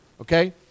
okay